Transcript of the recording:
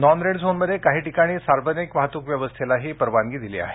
non red झोनमध्ये काही ठिकाणी सार्वजनिक वाहतूक व्यवस्थेलाही परवानगी दिली आहे